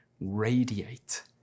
radiate